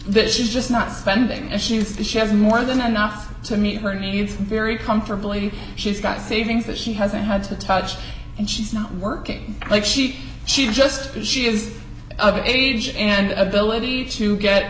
is just not spending as she used to she has more than enough to meet her needs very comfortably she's got savings that she hasn't had to touch and she's not working like she she just she is of age and ability to get